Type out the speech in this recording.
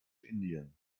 indien